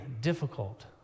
difficult